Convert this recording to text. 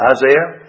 Isaiah